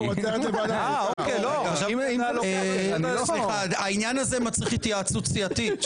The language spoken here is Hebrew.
סליחה, העניין הזה מצריך התייעצות סיעתית.